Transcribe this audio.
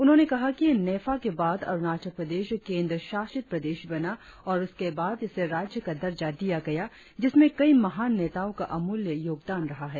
उन्होंने कहा कि नेफा के बाद अरुणाचल प्रदेश केंद्र शासित प्रदेश बना और उसके बाद इसे राज्य का दर्जा दिया गया जिसमें कई महान नेताओं का अमूल्य योगदान रहा है